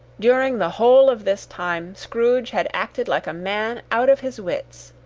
during the whole of this time, scrooge had acted like a man out of his wits.